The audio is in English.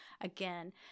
again